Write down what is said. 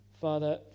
father